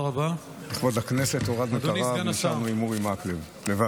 לכבוד הכנסת הורדנו את "הרב" ונשארנו עם "אורי מקלב" לבד.